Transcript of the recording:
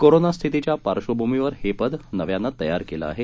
corona स्थितीच्या पार्बभूमीवर हे पद नव्यानं तयार केलं आहे